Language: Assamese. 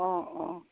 অঁ অঁ